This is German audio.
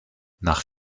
nach